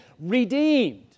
redeemed